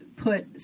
put